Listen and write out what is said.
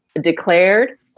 declared